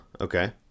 Okay